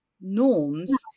norms